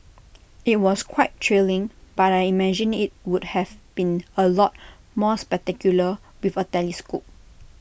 IT was quite thrilling but I imagine IT would have been A lot more spectacular with A telescope